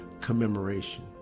commemoration